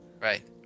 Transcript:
Right